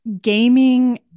gaming